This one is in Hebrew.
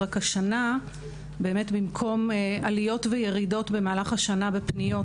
רק שהשנה במקום עליות וירידות במהלך השנה ופניות